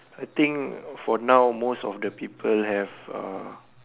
I think for now most of the people have uh